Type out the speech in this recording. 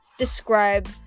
describe